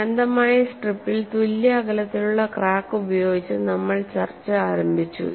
അനന്തമായ സ്ട്രിപ്പിൽ തുല്യ അകലത്തിലുള്ള ക്രാക്ക് ഉപയോഗിച്ച് നമ്മൾ ചർച്ച ആരംഭിച്ചു